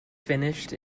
finished